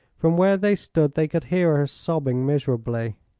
from where they stood they could hear her sobbing miserably.